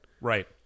right